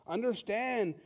Understand